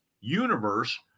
universe